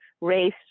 race